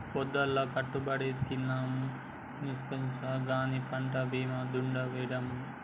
పొద్దల్లా కట్టబడితినని ములగదీస్కపండినావు గానీ పంట్ల బీమా దుడ్డు యేడన్నా